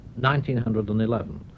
1911